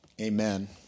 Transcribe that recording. amen